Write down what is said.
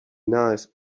nice